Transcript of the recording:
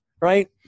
right